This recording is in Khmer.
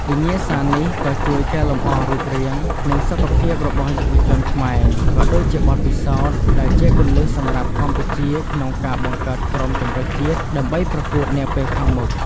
វិញ្ញាសានេះក៏ជួយកែលម្អរូបរាង និងសុខភាពរបស់យុវជនខ្មែរ ក៏ដូចជាបទពិសោធន៍ ដែលជាគន្លឹះសម្រាប់កម្ពុជាក្នុងការបង្កើតក្រុមជម្រើសជាតិ ដើម្បីប្រកួតនាពេលខាងមុខ។